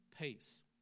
peace